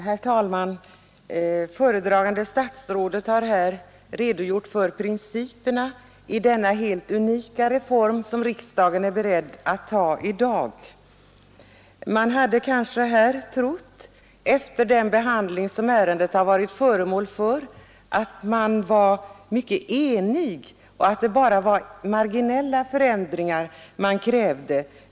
Herr talman! Föredragande statsrådet har här redogjort för principerna i denna helt unika reform som riksdagen är beredd att ta i dag. Man hade kanske — efter den behandling som ärendet har varit föremål för — trott att man inom utskottet var mycket enig och att det bara var marginella förändringar som krävdes.